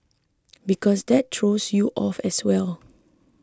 because that throws you off as well